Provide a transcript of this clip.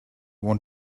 want